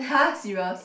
!huh! serious